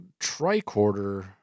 Tricorder